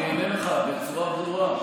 אני אענה לך בצורה ברורה.